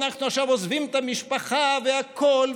אנחנו עכשיו עוזבים את המשפחה והכול,